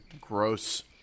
gross